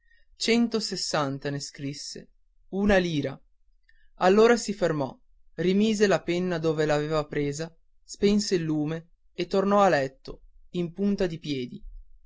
centosessanta ne scrisse una lira allora si fermò rimise la penna dove l'aveva presa spense il lume e tornò a letto in punta di piedi